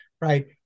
right